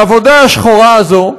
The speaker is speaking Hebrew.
לעבודה השחורה הזאת,